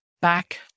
back